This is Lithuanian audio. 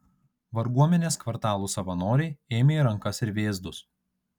varguomenės kvartalų savanoriai ėmė į rankas ir vėzdus